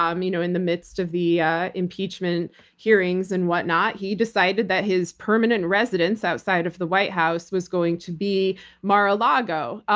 um you know in the midst of the ah impeachment hearings and whatnot, he decided that his permanent residence outside of the white house was going to be mar-a-lago.